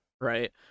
right